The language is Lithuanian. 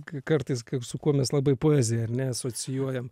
kai kartais kaip su kuo mes labai poeziją ar ne asocijuojam